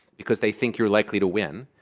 because they think you're likely to win,